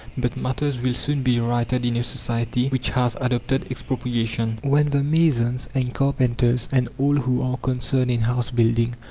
but matters will soon be righted in a society which has adopted expropriation. when the masons, and carpenters, and all who are concerned in house building,